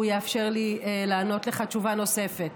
הוא יאפשר לי לענות לך תשובה נוספת.